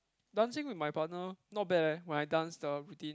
dancing with my partner not bad eh when I dance the routine